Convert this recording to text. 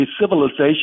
Civilization